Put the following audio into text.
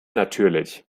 natürlich